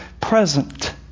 present